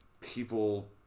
people